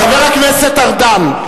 חבר הכנסת ארדן.